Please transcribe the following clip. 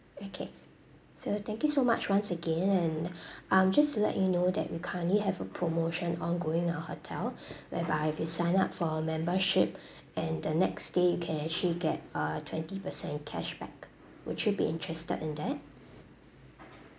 okay sir thank you so much once again and um just to let you know that we currently have a promotion ongoing our hotel whereby if you sign up for a membership and the next stay you can actually get a twenty percent cashback would you be interested in that